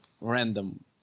random